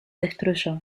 destruyó